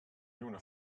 lluna